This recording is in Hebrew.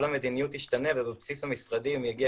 כל המדיניות תשתנה ולבסיס המשרדים יגיע